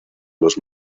los